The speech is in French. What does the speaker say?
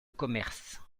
commerce